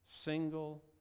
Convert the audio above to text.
single